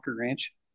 Ranch